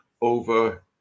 over